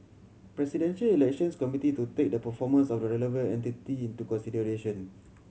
Presidential Elections Committee to take the performance of the relevant entity into consideration